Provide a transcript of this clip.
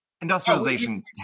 industrialization